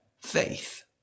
faith